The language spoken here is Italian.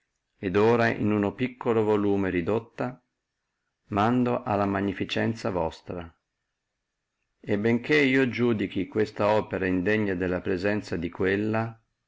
et ora in uno piccolo volume ridotte mando alla magnificenzia vostra e benché io iudichi questa opera indegna della presenzia di quella